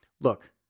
Look